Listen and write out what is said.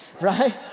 right